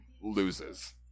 loses